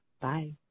Bye